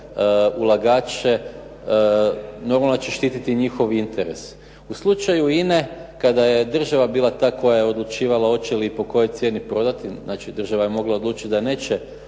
ulagače, normalno da će štititi njihov interes. U slučaju INA-e, kada je država bila ta koja je odlučivala hoće li i po kojoj cijeni prodati, znači država je mogla odlučiti da neće,